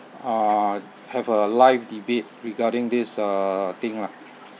uh have a live debate regarding this uh thing lah